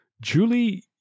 Julie